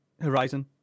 Horizon